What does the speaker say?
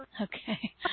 Okay